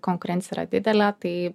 konkurencija yra didelė tai